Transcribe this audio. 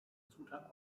zutat